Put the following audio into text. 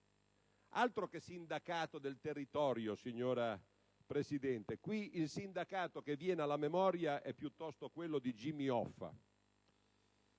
Altro che sindacato del territorio, signora Presidente: in questo caso, il sindacato che viene alla memoria è piuttosto quello di Jimmy Hoffa!